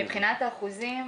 מבחינת האחוזים,